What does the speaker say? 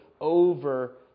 over